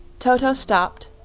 toto stopped,